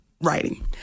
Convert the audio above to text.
writing